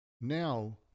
now